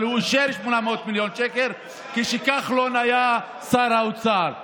אבל הוא אישר 800 מיליון שקל כשכחלון היה שר האוצר.